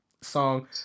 song